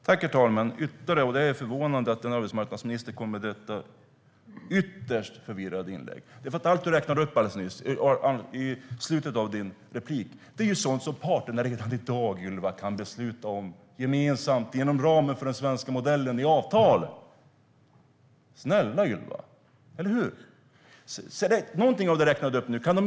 Herr talman! Det är förvånande att en arbetsmarknadsminister kommer med detta ytterst förvirrade inlägg. Allt du räknade upp alldeles nyss, Ylva Johansson, är sådant som parterna redan i dag kan besluta om gemensamt i avtal inom ramen för den svenska modellen. Snälla Ylva! Eller hur?